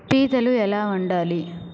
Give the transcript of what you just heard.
పీతలు ఎలా వండాలి